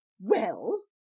Well